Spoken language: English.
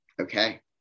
Okay